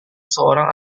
seorang